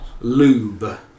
Lube